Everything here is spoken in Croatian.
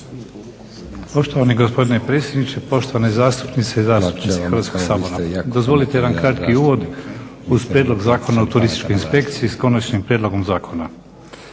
Poštovani gospodine predsjedniče, poštovane zastupnice i zastupnici Hrvatskoga sabora. Dozvolite jedan kratki uvod uz Prijedlog zakona o Turističkoj inspekciji s konačnim prijedlogom zakona.